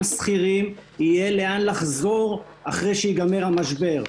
שכירים יהיה לאן לחזור אחרי שייגמר המשבר.